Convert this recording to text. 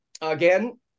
again